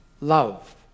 Love